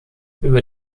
über